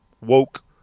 woke